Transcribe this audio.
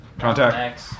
Contact